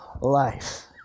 life